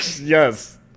Yes